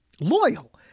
loyal